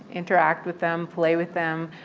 interact with them, play with them.